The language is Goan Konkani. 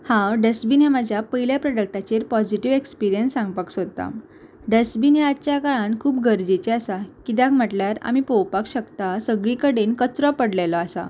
हांव डस्टबीन हे म्हज्या पयल्या प्रोडक्टाचेर पॉजिटीव एक्सपिरियन्स सांगपाक सोदता डस्टबीन हे आजच्या काळान खूब गरजेचे आसा कित्याक म्हटल्यार आमी पळोवपाक शकता सगळी कडेन कचरो पडलेलो आसा